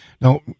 now